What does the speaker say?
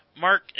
Mark